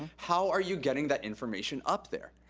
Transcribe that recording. how are you getting that information up there?